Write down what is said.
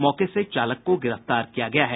मौके से चालक को गिरफ्तार किया गया है